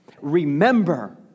Remember